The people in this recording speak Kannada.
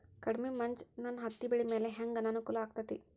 ಕಡಮಿ ಮಂಜ್ ನನ್ ಹತ್ತಿಬೆಳಿ ಮ್ಯಾಲೆ ಹೆಂಗ್ ಅನಾನುಕೂಲ ಆಗ್ತೆತಿ?